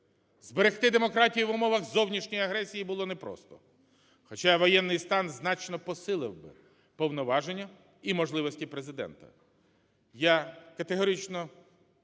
Зберегти демократію в умовах зовнішньої агресії було не просто, хоча воєнний стан значно посилив би повноваження і можливості Президента.